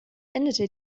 endete